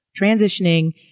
transitioning